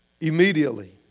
Immediately